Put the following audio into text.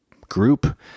group